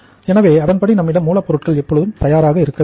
எனவே அதன்படி நம்மிடம் மூலப்பொருட்கள் எப்பொழுதும் தயாராக இருக்க வேண்டும்